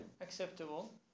Acceptable